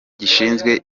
gishinzwe